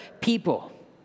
people